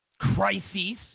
crises